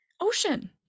ocean